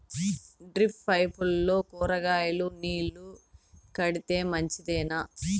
Drip పైపుల్లో కూరగాయలు నీళ్లు కడితే మంచిదేనా?